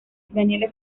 daniel